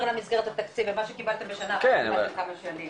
למסגרת התקציב ומה שקיבלתם בשנה קיבלתם כמה שנים.